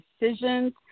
decisions